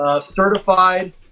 certified